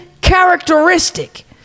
characteristic